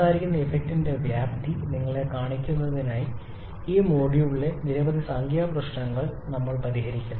സംസാരിക്കുന്ന ഇഫക്റ്റിന്റെ വ്യാപ്തി നിങ്ങളെ കാണിക്കുന്നതിനായി ഈ മൊഡ്യൂളിലെ നിരവധി സാംഖിക പ്രശ്നങ്ങൾ നമ്മൾ പരിഹരിക്കുന്നു